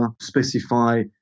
specify